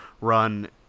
run